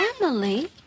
emily